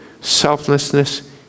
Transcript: selflessness